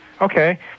Okay